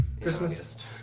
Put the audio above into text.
Christmas